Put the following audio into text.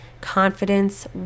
confidence